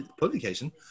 Publication